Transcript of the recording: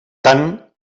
tant